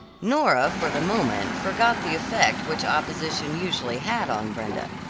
nora for the moment forgot the effect which opposition usually had on brenda.